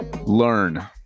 Learn